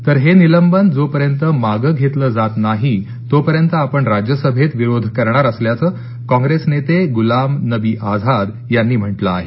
तर हे निलंबन जो पर्यंत मागे घेतलं जात नाही तो पर्यंत आपण राज्यसभेत विरोध करणार असल्याचं कॉप्रेस नेते गुलाम नबी आझाद यांनी म्हटलं आहे